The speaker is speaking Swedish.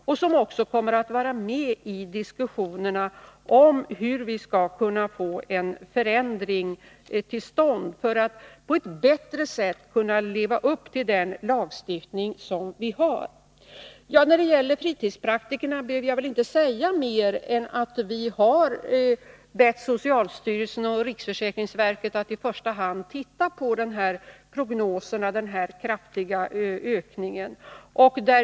Dessa förslag kommer också att vara med i diskussionerna om hur vi skall kunna få en förändring till stånd för att på ett bättre sätt kunna leva upp till den lagstiftning vi har. När det gäller fritidspraktikerna behöver jag väl inte säga mer än att vi har bett socialstyrelsen och riksförsäkringsverket att i första hand titta på den kraftiga ökningen.